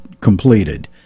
completed